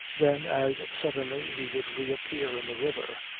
then as suddenly he would reappear in the river,